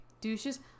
Douches